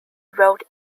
road